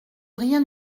rien